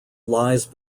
lies